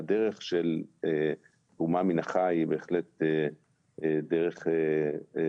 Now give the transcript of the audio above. הדרך של תרומה מן החי היא בהחלט דרך חשובה,